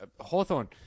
Hawthorne